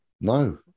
No